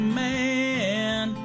man